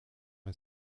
est